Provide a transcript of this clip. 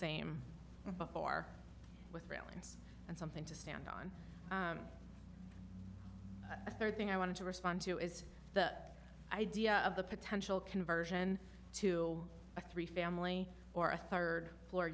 same before with ruins and something to stand on the third thing i want to respond to is the idea of the potential conversion to a three family or a third floor